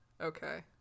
Okay